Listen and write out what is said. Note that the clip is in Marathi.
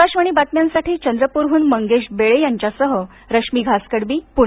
आकाशवाणी बातम्यांसाठी चंद्रप्रहन मंगेश बेळे सह रश्मी घासकडबी पुणे